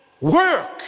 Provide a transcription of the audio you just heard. work